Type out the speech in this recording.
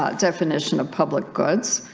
ah definition of public goods